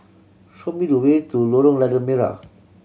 show me the way to Lorong Lada Merah